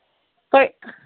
A